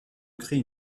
créer